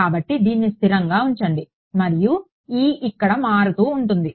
కాబట్టి దీన్ని స్థిరంగా ఉంచండి మరియు E ఇక్కడ మారుతూ ఉంటుంది